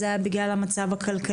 זה היה גם בגלל המצב הכלכלי.